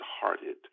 hearted